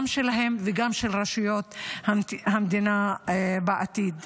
גם שלהם וגם של רשויות המדינה בעתיד.